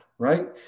right